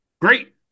great